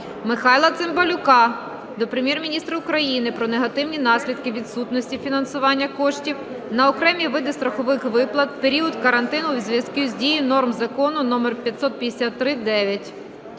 Михайла Цимбалюка до Прем'єр-міністра України про негативні наслідки відсутності фінансування коштів на окремі види страхових виплат в період карантину у зв'язку із дією норм Закону №553-ІХ.